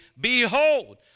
Behold